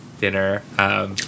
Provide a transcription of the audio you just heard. dinner